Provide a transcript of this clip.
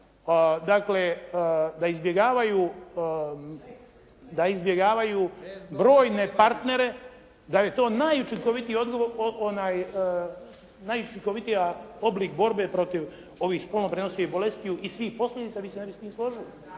da izbjegavaju brojne partnere, da je to najučinkovitiji oblik borbe protiv ovih spolno prenosivih bolesti i svih posljedica vi se ne bi s time složili.